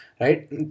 right